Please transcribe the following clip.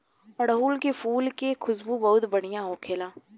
अढ़ऊल के फुल के खुशबू बहुत बढ़िया होखेला